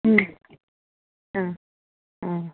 yes yes yes